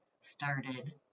started